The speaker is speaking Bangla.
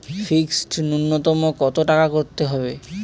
ফিক্সড নুন্যতম কত টাকা করতে হবে?